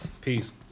Peace